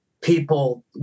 people